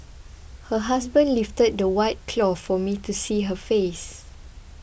her husband lifted the white cloth for me to see her face